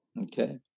Okay